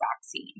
vaccine